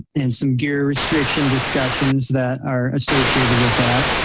and some gear restriction discussions that are associated with that.